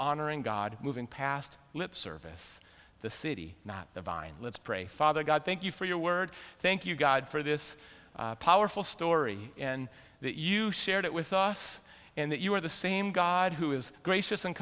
honoring god moving past lip service the city not divine let's pray father god thank you for your words thank you god for this powerful story and that you shared it with us and that you are the same god who is gracious and